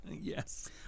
yes